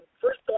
first